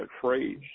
phrase